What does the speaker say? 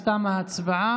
אז תמה ההצבעה.